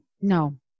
No